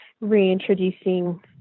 reintroducing